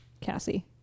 Cassie